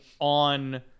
on